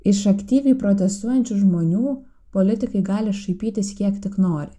iš aktyviai protestuojančių žmonių politikai gali šaipytis kiek tik nori